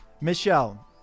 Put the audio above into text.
Michelle